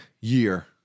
year